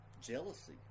Jealousy